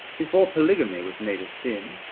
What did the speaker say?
before polygamy was made a sin,